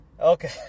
Okay